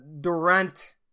Durant